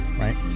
right